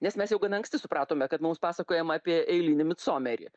nes mes jau gana anksti supratome kad mums pasakojama apie eilinį midsomerį